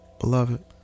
beloved